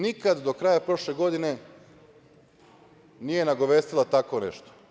Nikada do kraja prošle godine nije nagovestila tako nešto.